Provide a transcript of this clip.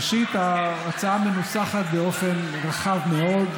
ראשית, ההצעה מנוסחת באופן רחב מאוד,